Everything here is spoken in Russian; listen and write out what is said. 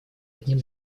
одним